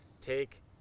take